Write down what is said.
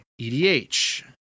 EDH